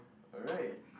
alright